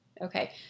Okay